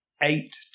eight